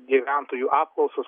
gyventojų apklausos